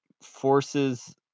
forces